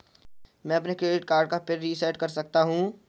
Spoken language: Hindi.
मैं अपने क्रेडिट कार्ड का पिन रिसेट कैसे कर सकता हूँ?